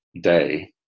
day